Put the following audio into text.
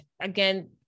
again